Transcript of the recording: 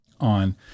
on